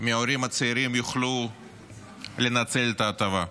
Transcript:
מההורים הצעירים יוכלו לנצל את ההטבה הזו.